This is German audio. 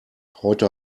heute